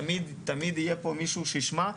תמיד יהיה פה מישהו שישמע,